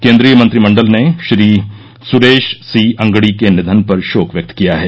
केंद्रीय मंत्रिमंडल ने श्री सुरेश सी अंगडी के निधन पर शोक व्यक्त किया है